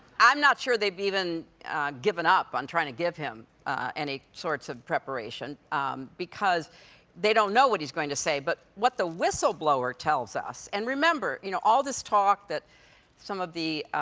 i'm not sure they've even given up on trying to give him any sorts of preparation because they don't know what he's going to say. but what the whistleblower tells us, and remember, you know, all of this talk that some of the